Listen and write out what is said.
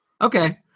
Okay